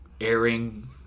airing